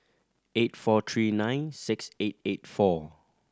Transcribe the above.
eight four three nine six eight eight four